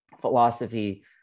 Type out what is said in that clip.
philosophy